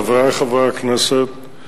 חברי חברי הכנסת,